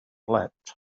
leapt